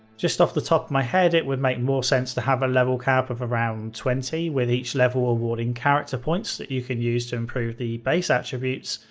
just off the top of my head, it would make more sense to have a level cap of around twenty with each level awarding character points that you use to improve the base attributes,